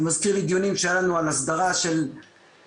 זה מזכיר לי דיונים שהיו לנו על הסדרה של נחל